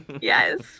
yes